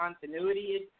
continuity